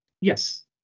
Yes